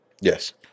Yes